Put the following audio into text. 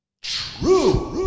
True